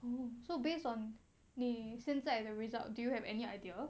mm so based on 你现在的 result do you have any idea